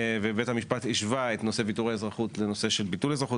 ובית המשפט השווה את נושא ויתור האזרחות לנושא של ביטול אזרחות